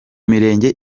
mirenge